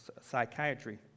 psychiatry